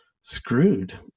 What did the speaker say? screwed